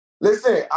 Listen